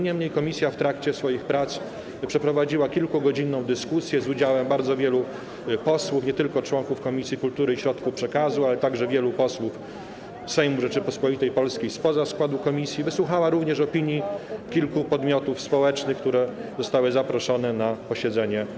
Niemniej jednak w trakcie swoich prac przeprowadziła kilkugodzinną dyskusję z udziałem bardzo wielu posłów - nie tylko członków Komisji Kultury i Środków Przekazu, ale także wielu posłów Sejmu Rzeczypospolitej Polskiej spoza składu komisji - i wysłuchała opinii kilku podmiotów społecznych, które zostały zaproszone na jej posiedzenie.